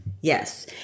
Yes